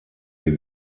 die